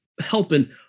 helping